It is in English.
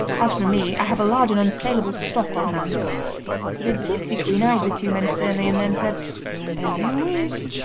as for me i have a large and unsaleable stock on hand the gipsy queen eyed the two men sternly, and then said as you wish.